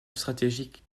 stratégique